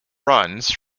runs